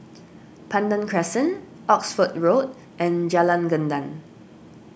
Pandan Crescent Oxford Road and Jalan Gendang